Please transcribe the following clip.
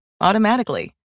automatically